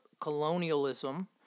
colonialism